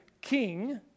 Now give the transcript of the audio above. king